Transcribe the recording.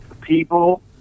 people